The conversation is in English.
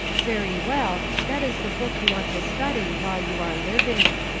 very well, that is the book you want to study while you are living